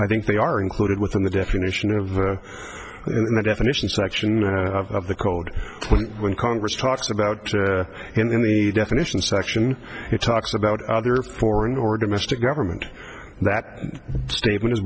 i think they are included within the definition of and the definition section of the code when congress talks about in the definition section it talks about other foreign or domestic government that statement